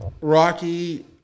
Rocky